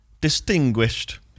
Distinguished